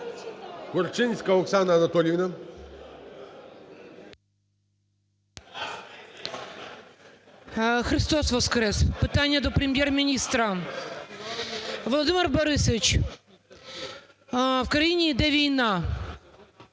Христос воскрес! Питання до Прем'єр-міністра. Володимире Борисовичу, в країні іде війна.